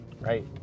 right